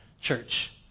church